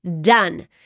Done